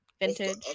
Vintage